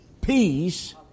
peace